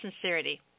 sincerity